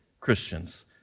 Christians